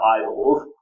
idols